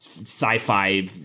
sci-fi